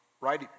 right